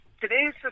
today's